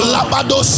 Labado